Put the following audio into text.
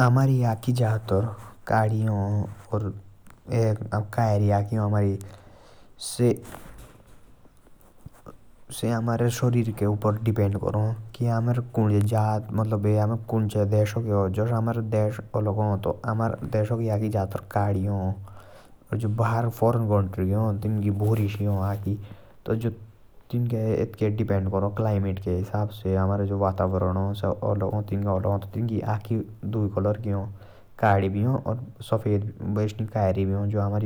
हमारी अखि जड़ा तर कड़ी हा। और क्यरी अखि हा। से हमारे शरीर पांडे निर्भर करा। जे हामी कुंजे देशा के